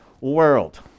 world